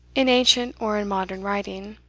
in ancient or in modern writing.